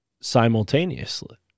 simultaneously